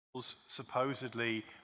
supposedly